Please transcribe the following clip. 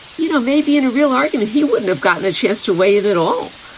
you know, maybe in a real argument, he wouldn't have gotten a chance to wave at all.